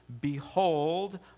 Behold